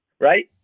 right